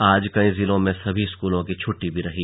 आज कई जिलों में सभी स्कूलों की छुट्टी भी रही